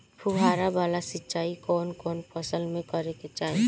फुहारा वाला सिंचाई कवन कवन फसल में करके चाही?